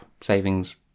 savings